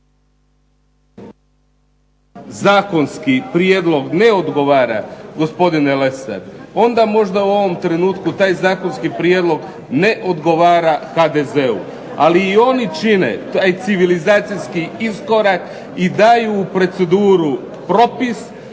zakonski prijedlog ne odgovara, gospodine Lesar, onda možda u ovom trenutku taj zakonski prijedlog ne odgovara HDZ-u, ali i oni čine taj civilizacijski iskorak i daju u proceduru propis